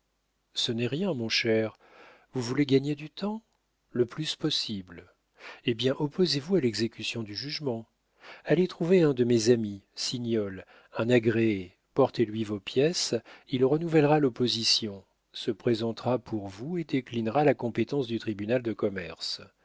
ce n'est rien mon cher vous voulez gagner du temps le plus possible eh bien opposez vous à l'exécution du jugement allez trouver un de mes amis signol un agréé portez lui vos pièces il renouvellera l'opposition se présentera pour vous et déclinera la compétence du tribunal de commerce